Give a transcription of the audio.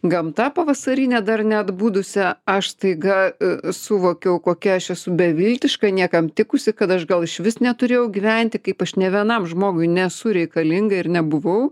gamta pavasarine dar neatbudusia aš staiga suvokiau kokia aš esu beviltiška niekam tikusi kad aš gal išvis neturėjau gyventi kaip aš nė vienam žmogui nesu reikalinga ir nebuvau